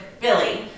Billy